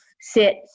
Sit